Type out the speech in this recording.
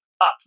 up